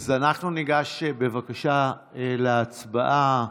אנחנו ניגש, בבקשה, להצבעה.